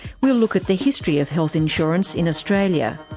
we'll look at the history of health insurance in australia.